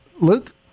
Luke